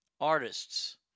Artists